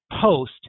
post